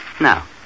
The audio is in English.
Now